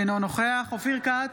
אינו נוכח אופיר כץ,